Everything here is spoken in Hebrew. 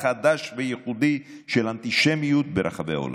חדש וייחודי של אנטישמיות ברחבי העולם.